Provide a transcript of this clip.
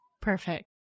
Perfect